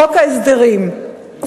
חוק ההסדרים,